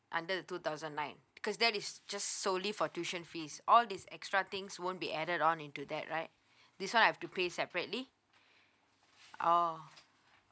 under the two thousand nine cause that is just solely for tuition fees all these extra things won't be added on into that right this one I have to pay separately oh